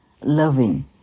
loving